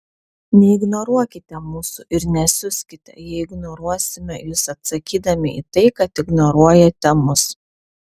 neignoruokite mūsų ir nesiuskite jei ignoruosime jus atsakydami į tai kad ignoruojate mus